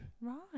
Right